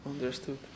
understood